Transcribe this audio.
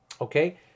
Okay